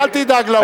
אל תדאג לה.